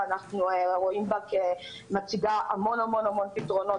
ואנחנו רואים בה כנותנת המון פתרונות